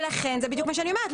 ולכן זה בדיוק מה שאני אומרת.